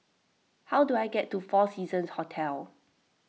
how do I get to four Seasons Hotel